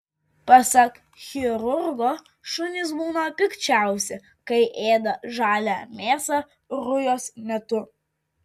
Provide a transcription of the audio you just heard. pasak chirurgo šunys būna pikčiausi kai ėda žalią mėsą rujos metu